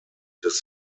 des